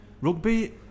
rugby